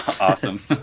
Awesome